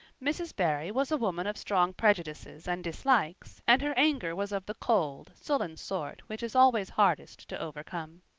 mrs. barry was a woman of strong prejudices and dislikes, and her anger was of the cold, sullen sort which is always hardest to overcome.